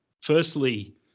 firstly